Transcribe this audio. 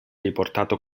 riportato